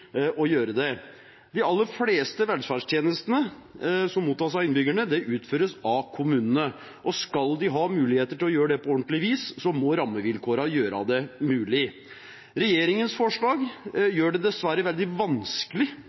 å gjøre det. De aller fleste velferdstjenestene som mottas av innbyggerne, utføres av kommunene, og skal de ha muligheter til å gjøre det på ordentlig vis, må rammevilkårene gjøre det mulig. Regjeringens forslag gjør det dessverre veldig vanskelig